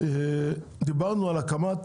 דיברנו על הקמת